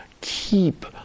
keep